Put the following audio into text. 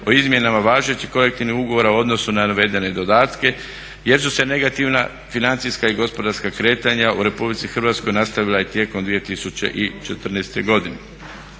o izmjenama važećih kolektivnih ugovora u odnosu na navedene dodatke jer su se negativna financijska i gospodarska kretanja u RH nastavila i tijekom 2014. godine.